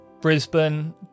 Brisbane